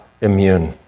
immune